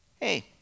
hey